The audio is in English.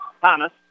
Thomas